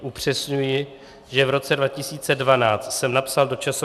Upřesňuji, že v roce 2012 jsem napsal do časopisu